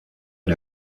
est